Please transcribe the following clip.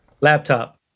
Laptop